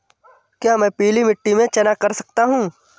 क्या मैं पीली मिट्टी में चना कर सकता हूँ?